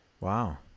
wow